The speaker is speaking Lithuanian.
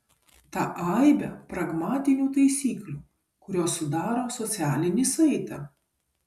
tą aibę pragmatinių taisyklių kurios sudaro socialinį saitą